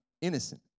innocent